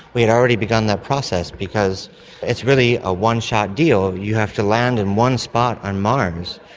we had already begun that process because it's really a one-shot deal. you have to land in one spot on mars,